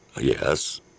Yes